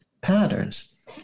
patterns